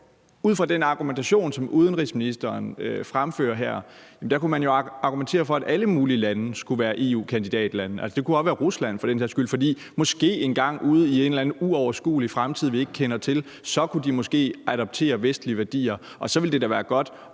ud fra den argumentation, som udenrigsministeren fremfører her, jo kunne argumentere for, at alle mulige lande skulle være EU-kandidatlande. Det kunne også være Rusland, for den sags skyld, for måske kunne de ude i en eller anden uoverskuelig fremtid, som vi ikke kender til, så måske adoptere vestlige værdier, og så ville det da være godt